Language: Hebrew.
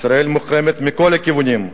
ישראל מוחרמת מכל הכיוונים,